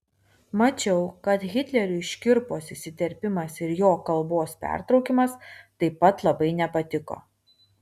mačiau kad hitleriui škirpos įsiterpimas ir jo kalbos pertraukimas taip pat labai nepatiko